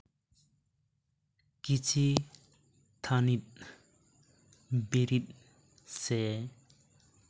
ᱠᱤᱪᱷᱤ ᱛᱷᱟᱱᱤᱛ ᱵᱤᱨᱤᱫ ᱥᱮ